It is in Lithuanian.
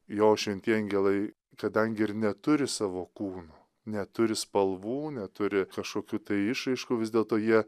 jo šventieji angelai kadangi ir neturi savo kūno neturi spalvų neturi kašokių tai išraiškų vis dėlto jie